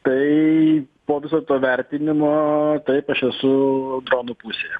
tai po viso to vertinimo taip aš esu dronų pusėje